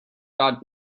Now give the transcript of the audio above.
got